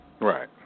right